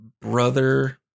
brother